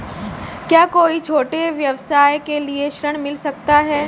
क्या कोई छोटे व्यवसाय के लिए ऋण मिल सकता है?